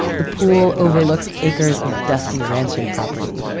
the pool overlooks acres of dusty ranching property.